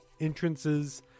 entrances